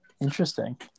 Interesting